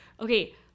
okay